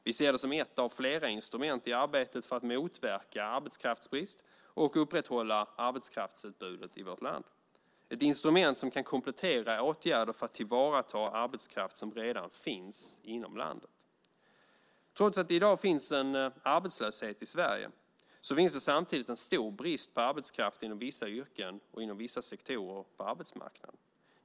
Vi ser det som ett av flera instrument i arbetet för att motverka arbetskraftsbrist och upprätthålla arbetskraftsutbudet i vårt land. Det är ett instrument som kan komplettera åtgärder för att tillvarata arbetskraft som redan finns inom landet. Trots att det i dag finns en arbetslöshet i Sverige finns det samtidigt en stor brist på arbetskraft inom vissa yrken och inom vissa sektorer på arbetsmarknaden.